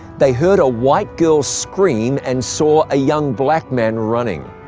they heard a white girl scream and saw a young black man running.